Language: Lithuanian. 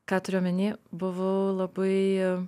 ką turiu omeny buvau labai